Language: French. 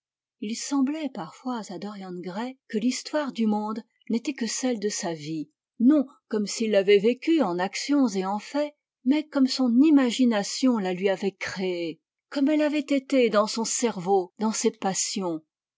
il semblait parfois à dorian gray que l'histoire du monde n'était que celle de sa vie non comme s'il l'avait vécue en actions et en faits mais comme son imagination la lui avait créée comme elle avait été dans son cerveau dans ses passions